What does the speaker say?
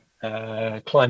Climate